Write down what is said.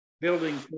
building